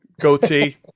goatee